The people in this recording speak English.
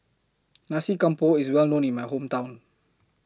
Nasi Campur IS Well known in My Hometown